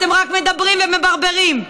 אתם רק מדברים ומברברים.